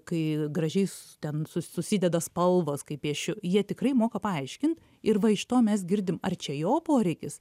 kai gražiai ten susideda spalvos kai piešiu jie tikrai moka paaiškinti ir va iš to mes girdim ar čia jo poreikis